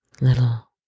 little